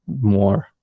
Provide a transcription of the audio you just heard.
more